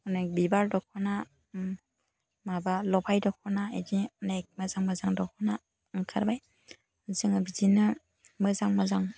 अनेख बिबार दख'ना माबा ल'फाय दख'ना बिदि अनेक मोजां मोजां दख'ना ओंखारबाय जोङो बिदिनो मोजां मोजां